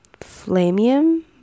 flamium